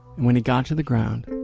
when he got to the ground,